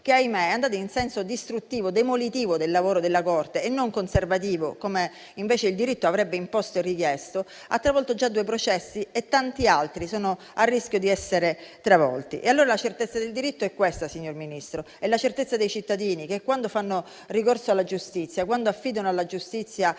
che - ahimè - è andata in senso demolitivo del lavoro della corte e non conservativo, come invece il diritto avrebbe imposto e richiesto, ha travolto già due processi e tanti altri sono a rischio di essere travolti. Allora, la certezza del diritto è questa, signor Ministro: è la certezza dei cittadini che, quando fanno ricorso alla giustizia, quando affidano alla giustizia